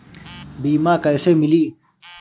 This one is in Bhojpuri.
बीमा कैसे मिली?